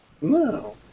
no